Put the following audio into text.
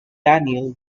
daniel